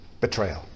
Betrayal